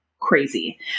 crazy